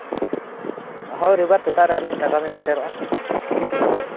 ᱦᱳᱭ ᱨᱳᱵᱤᱵᱟᱨ ᱥᱮᱛᱟ ᱨᱮ ᱟᱹᱞᱤᱧ ᱴᱟᱴᱟ ᱞᱤᱧ ᱥᱮᱴᱮᱨᱚᱜᱼᱟ